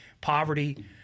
poverty